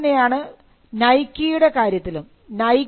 ഇതുപോലെ തന്നെയാണ് നൈക്കീയുടെ കാര്യത്തിലും